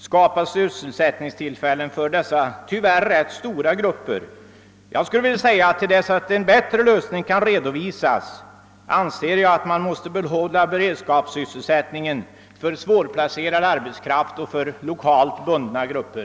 skapa sysselsättningstillfällen för dessa, tyvärr rätt stora grupper? Till dess en bättre lösning kan redovisas måste man enligt min mening behålla beredskapssysselsättningen för svårplacerad arbetskraft och för lokalt bundna grupper.